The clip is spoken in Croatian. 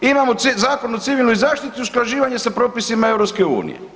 Imamo Zakon o civilnoj zaštiti i usklađivanje sa propisima EU.